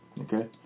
Okay